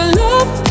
love